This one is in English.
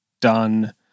done